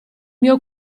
mio